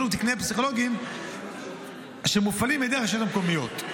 ותקני פסיכולוגים שמופעלים על ידי הרשויות המקומיות.